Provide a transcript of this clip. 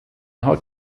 hat